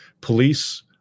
police